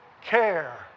care